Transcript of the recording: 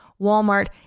Walmart